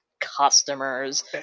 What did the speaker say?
Customers